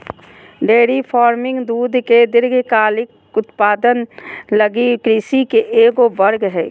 dairy farming दूध के दीर्घकालिक उत्पादन लगी कृषि के एगो वर्ग हइ